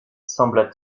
sembla